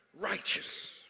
righteous